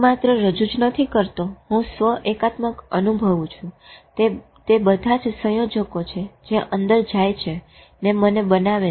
હું માત્ર રજુ જ નથી કરતો હું સ્વ એકાત્મકતા અનુભવું છું તે જ બધા સંયોજકો છે જે અંદર જાય છે ને મને બનાવે છે